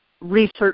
research